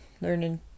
learning